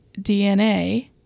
DNA